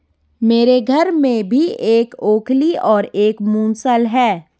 मेरे घर में भी एक ओखली और एक मूसल है